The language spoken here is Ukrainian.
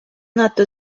надто